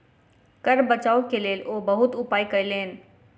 कर बचाव के लेल ओ बहुत उपाय कयलैन